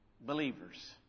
believers